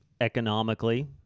economically